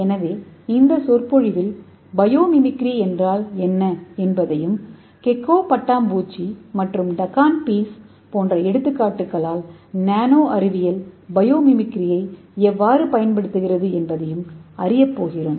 எனவே இந்த சொற்பொழிவில் பயோமிமிக்ரி என்றால் என்ன என்பதையும் கெக்கோபட்டாம்பூச்சி மற்றும் டக்கான்பீக்ஸ் போன்ற எடுத்துக்காட்டுகளால் நானோஅறிவியல் பயோமிமிக்ரியை எவ்வாறு பயன்படுத்துகிறது என்பதையும் அறியப்போகிறோம்